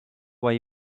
why